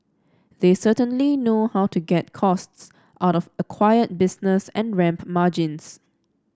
they certainly know how to get costs out of acquired business and ramp margins